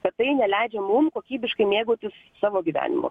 kad tai neleidžia mum kokybiškai mėgautis savo gyvenimu